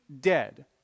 dead